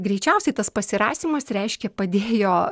greičiausiai tas pasirašymas reiškė padėjo